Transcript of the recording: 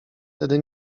tedy